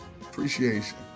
appreciation